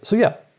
so yeah.